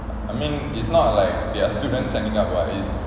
I mean it's not like their students staying up lah is